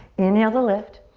inhale to lift.